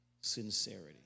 sincerity